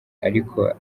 ariko